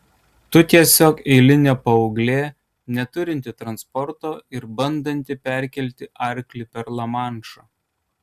tu tiesiog eilinė paauglė neturinti transporto ir bandanti perkelti arklį per lamanšą